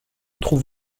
trouve